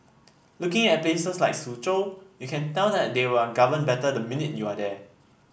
looking at places like Suzhou you can tell that they are governed better the minute you are there